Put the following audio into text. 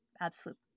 absolute